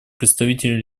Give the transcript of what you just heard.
представителю